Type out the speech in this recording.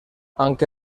aunque